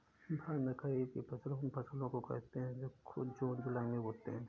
भारत में खरीफ की फसल उन फसलों को कहते है जो जून जुलाई में बोते है